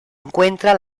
encuentra